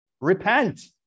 Repent